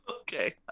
Okay